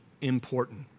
important